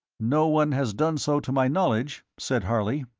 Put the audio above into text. no one has done so to my knowledge, said harley.